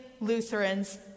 Lutherans